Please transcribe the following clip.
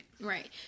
right